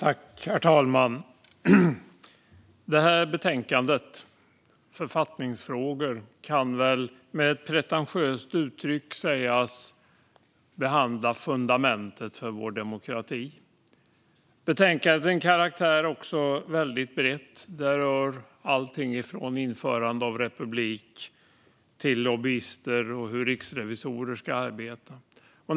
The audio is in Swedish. Herr talman! Detta betänkande, Författningsfrågor , kan väl med ett pretentiöst uttryck sägas behandla fundamentet för vår demokrati. Betänkandet är till sin karaktär väldigt brett. Det rör allt från införande av republik till lobbyister och hur riksrevisorer ska arbeta.